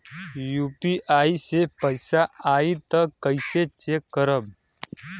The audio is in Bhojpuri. यू.पी.आई से पैसा आई त कइसे चेक करब?